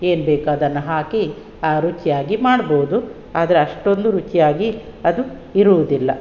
ಏನು ಬೇಕು ಅದನ್ನು ಹಾಕಿ ರುಚಿಯಾಗಿ ಮಾಡ್ಬೋದು ಆದರೆ ಅಷ್ಟೊಂದು ರುಚಿಯಾಗಿ ಅದು ಇರುವುದಿಲ್ಲ